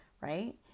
Right